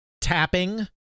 Tapping